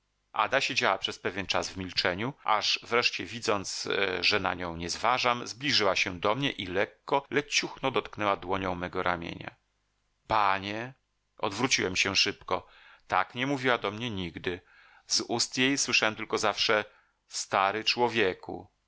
ada siedziała przez pewien czas w milczeniu aż wreszcie widząc że na nią nie zważam zbliżyła się do mnie i lekko leciuchno dotknęła dłonią mego ramienia panie odwróciłem się szybko tak nie mówiła do mnie nigdy z ust jej słyszałem tylko zawsze stary człowieku